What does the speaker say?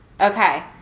Okay